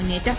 മുന്നേറ്റം